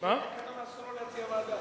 לפי התקנון אסור לו להציע ועדה.